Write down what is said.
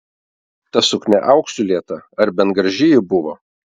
ta suknia auksu lieta ar bent graži ji buvo